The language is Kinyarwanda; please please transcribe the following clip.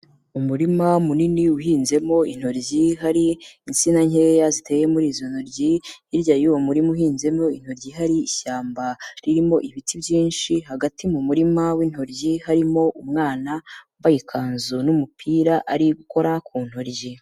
Umurima munini uhinzemo intoryi, hari insina nkeya ziteye muri izo ntoryi, hirya y'uwo muri uhinzemo intoryi hari ishyamba ririmo ibiti byinshi, hagati mu murima w'intoryi harimo umwana wambaye ikanzu n'umupira ari gukora ku ntoryi.